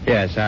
Yes